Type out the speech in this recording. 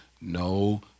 no